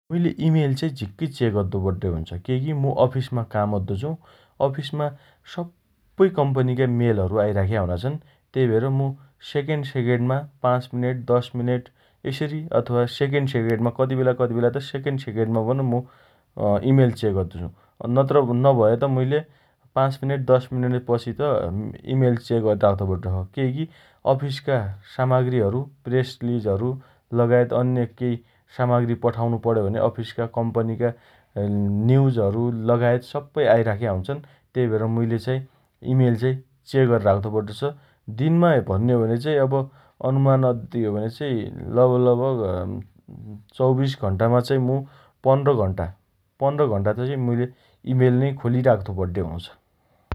मुइले इमेल चाइ झिक्कै चेक अद्दो पड्डे हुन्छ । केइकी मु अफिसमा काम अद्दो छु । अफिसमा सप्पै कम्पनीका मेलहरु आइराख्या हुना छन् । तेइ भएर मु सेकेन सेकेण्डमा पाँच मिनेट, दश मिनेट, यसरी अथवा सेकेण्ड सेकण्डमा कति बेला कति बेला त सेकेण्ड सेकेण्डमा पन मु अँ इमेल चेक अद्दो छु । अँ नत्र नभए त मुइले पाँच मिनेट, दश मिनेट पछि त अँ इमेल चेक अरि राख्तो पड्डो छ । केइ की अफिसका सामाग्रीहरु प्रेस रिलिजहरु लगायत अन्य केइ सामाग्री पठाउनु पण्यो भने अफिसका कम्पनीका अँ न्न न्यूजहरु लगायत सप्पै आइराख्या हुन्छन् । तेइ भएर मुइले चाइ इमेल चाइ चेक अरिराख्दो पड्डो छ । दिनमा भन्ने हो भने चाइ अब अनुमान अद्दे हो भने चाइ लगभग लगभग अँ चौबिस घण्टामा चाइ मु पन्ध्र घण्टा पन्ध्र घण्टा मुइले इमेल नै खोलिराख्तो पड्डे हुन्छ ।